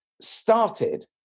started